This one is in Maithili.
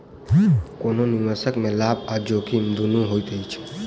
कोनो निवेश में लाभ आ जोखिम दुनू होइत अछि